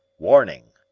warning.